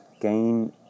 gain